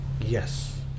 Yes